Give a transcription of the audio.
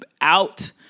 out